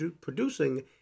producing